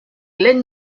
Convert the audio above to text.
glenn